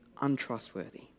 untrustworthy